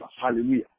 Hallelujah